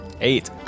Eight